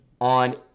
on